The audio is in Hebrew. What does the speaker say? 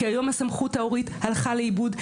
כי היום הסמכות ההורית הלכה לאיבוד,